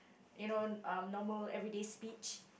you know um normal everyday speech